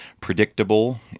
predictable